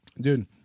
Dude